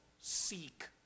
seek